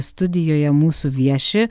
studijoje mūsų vieši